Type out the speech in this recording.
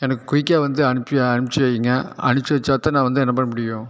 எனக்கு குயிக்காக வந்து அனுப்பி அனுப்பிச்சி வைங்க அனுப்பிச்சி வச்சால்தான் நான் வந்து என்ன பண்ண முடியும்